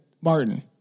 martin